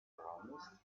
promised